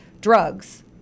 drugs